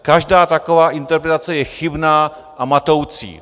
Každá taková interpretace je chybná a matoucí.